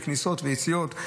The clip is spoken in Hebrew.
כניסות ויציאות.